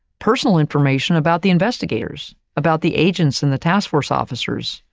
personal information about the investigators about the agents and the task force officers,